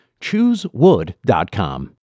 choosewood.com